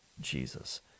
Jesus